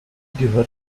gehört